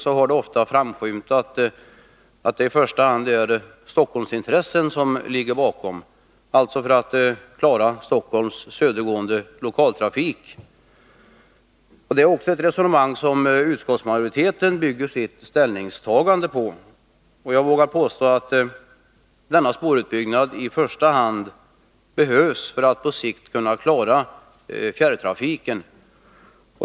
Det har ofta framskymtat i debatten att det i första hand är Stockholmsintressen som ligger bakom detta förslag — alltså intresset av att klara Stockholms södergående lokaltrafik. Det är också ett resonemang som utskottsmajoriteten bygger sitt ställningstagande på. Jag vågar påstå att denna spårutbyggnad i första hand behövs för att på sikt kunna klara fjärrtrafiken.